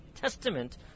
testament